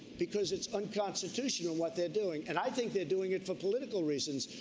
because it's unconstitutional what they're doing and i think they're doing it for political reasons.